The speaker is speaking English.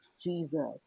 Jesus